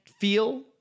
feel